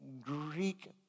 Greek